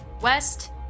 west